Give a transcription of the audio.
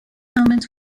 moments